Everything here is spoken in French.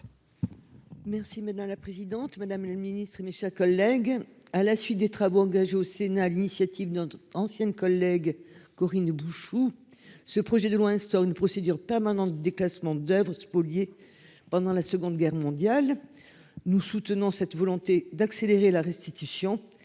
Merci. Mais dans la présidente Madame le Ministre, mes chers collègues. À la suite des travaux engagés au Sénat l'initiative notre ancienne collègue Corinne Bouchoux. Ce projet de loi instaure une procédure permanent déclassement d'Oeuvres spoliées pendant la Seconde Guerre mondiale. Nous soutenons cette volonté d'accélérer la restitution.